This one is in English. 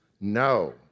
No